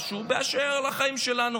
משהו באשר לחיים שלנו,